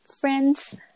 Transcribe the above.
friends